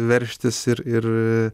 veržtis ir ir